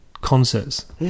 concerts